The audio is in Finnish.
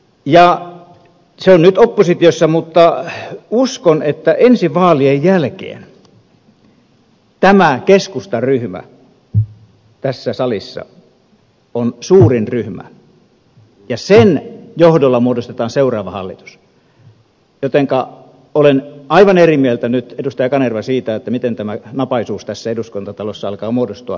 ja se on nyt oppositiossa mutta uskon että ensi vaalien jälkeen tämä keskustan ryhmä tässä salissa on suurin ryhmä ja sen johdolla muodostetaan seuraava hallitus jotenka olen aivan eri mieltä nyt edustaja kanerva siitä miten tämä napaisuus tässä eduskuntatalossa alkaa muodostua